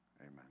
Amen